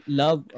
love